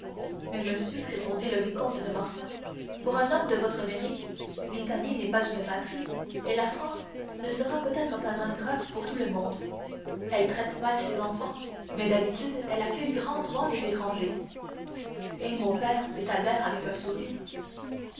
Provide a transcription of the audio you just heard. mais monsieur répondit le comte de morcerf pour un homme de votre mérite l'italie n'est pas une patrie et la france ne sera peut-être pas ingrate pour tout le monde elle traite mal ses enfants mais d'habitude elle accueille grandement les étrangers eh mon père dit albert avec un sourire